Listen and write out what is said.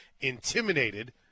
intimidated